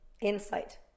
insight